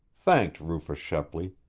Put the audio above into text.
thanked rufus shepley,